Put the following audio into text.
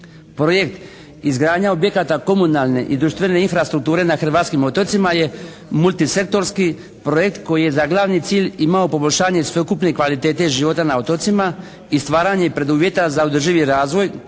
Projekt izgradnja objekata komunalne i društvene infrastrukture na hrvatskim otocima je multisektorski projekt koji je za glavni cilj imao poboljšanje sveukupne kvalitete života na otocima i stvaranje preduvjeta za održivi razvoj